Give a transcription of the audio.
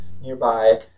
nearby